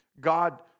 God